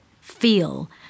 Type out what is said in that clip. feel